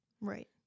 right